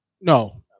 no